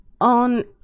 on